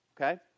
okay